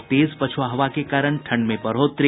और तेज पछ्आ हवा के कारण ठंड में बढ़ोतरी